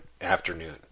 afternoon